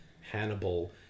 Hannibal